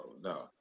No